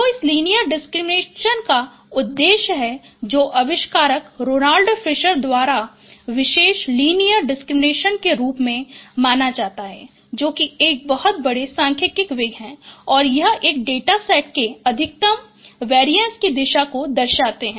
तो इस linear discriminate का उद्देश्य है जो आविष्कारक रोनाल्ड फिशर द्वारा विशेष लीनियर डिसक्रिमिनेशन के रूप में जाना जाता है एक बहुत प्रसिद्ध स्टेटिस्टिसियन है और यह एक डेटासेट के अधिकतम वेरिएन्स की दिशा को दर्शाता है